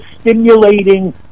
stimulating